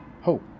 hope